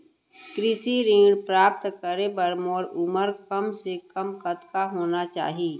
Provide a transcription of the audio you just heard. कृषि ऋण प्राप्त करे बर मोर उमर कम से कम कतका होना चाहि?